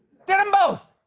did them both!